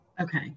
Okay